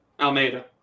Almeida